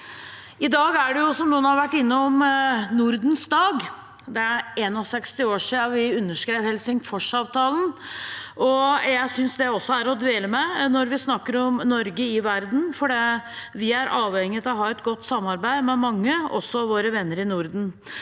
I dag er det, som noen har vært innom, Nordens dag. Det er 61 år siden vi underskrev Helsingforsavtalen, og jeg synes også det er noe å dvele ved når vi snakker om Norge i verden, for vi er avhengig av å ha et godt samarbeid med mange, også våre venner i Norden.